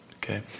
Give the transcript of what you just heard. Okay